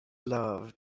love